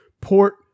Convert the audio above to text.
Port